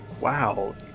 wow